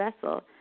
vessel